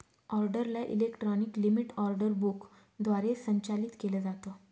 ऑर्डरला electronic limit order book द्वारे संचालित केलं जातं